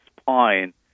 spine